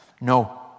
No